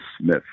Smith